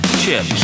chip